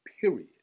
Period